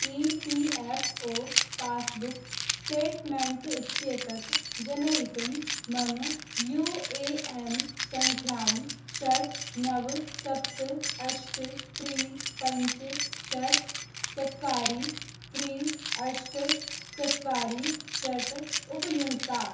E P F O passbook statement इत्येतत् जनयितुं मम यू ए एन् सङ्ख्यां षट् नव सप्त अष्ट् त्री पञ्च षट् चत्वारि त्री अष्ट चत्वारि षट् उपयुङ्क्तात्